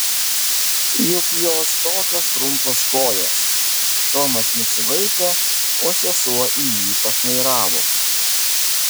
juk jos tokios trumpos kojos tomas nusivaipė o sesuo į jį pašnairavo